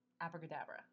abracadabra